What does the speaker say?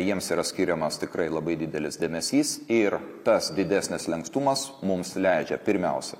jiems yra skiriamas tikrai labai didelis dėmesys ir tas didesnis lankstumas mums leidžia pirmiausia